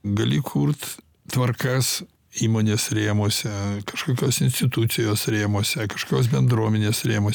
gali kurt tvarkas įmonės rėmuose kažkokios institucijos rėmuose kažkokios bendruomenės rėmuos